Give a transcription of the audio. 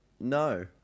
No